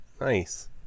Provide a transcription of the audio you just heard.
nice